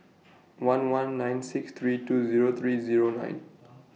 one one nine six three two Zero three Zero nine